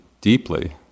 deeply